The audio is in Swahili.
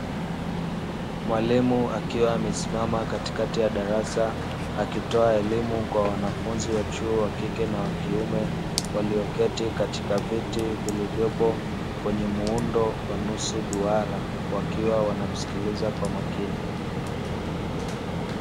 Mwalimu akiwa amesimama Katikati ya darasa, akitoa elimu Kwa wanafunzi wa chuo wakike na wakiume walioketi katika viti vilivyopo kwenye muundo wa nusu duara , wakiwa wanamsikiliza Kwa makini.